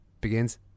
begins